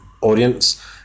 audience